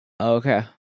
Okay